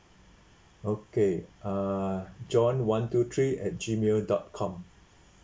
okay uh john one two three at G mail dot com